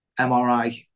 MRI